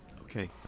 Okay